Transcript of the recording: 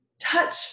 Touch